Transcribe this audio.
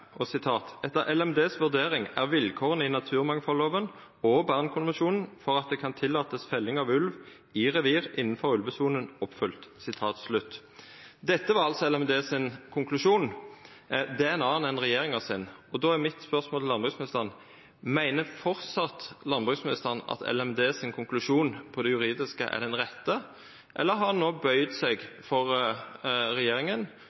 LMDs vurdering er vilkårene i naturmangfoldloven for at det kan tillates felling av ulv i revir innenfor ulvesonen oppfylt.» Dette var altså Landbruks- og matdepartementets konklusjon. Det er ein annan enn regjeringas. Då er mitt spørsmål til landbruksministeren: Meiner landbruksministeren framleis at LMDs konklusjon når det gjeld det juridiske er den rette, eller har han no bøygd seg